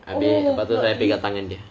habis lepas tu safian pegang tangan dia